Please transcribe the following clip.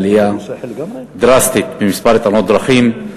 לעלייה דרסטית במספר תאונות הדרכים,